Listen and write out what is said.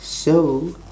so